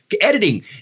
editing